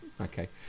okay